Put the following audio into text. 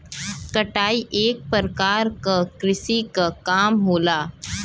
कटाई एक परकार क कृषि क काम होला